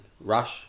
rush